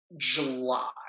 July